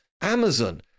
Amazon